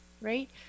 right